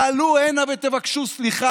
תעלו הנה ותבקשו סליחה.